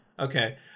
Okay